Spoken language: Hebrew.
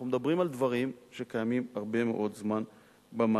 אנחנו מדברים על דברים שקיימים הרבה מאוד זמן במערכת,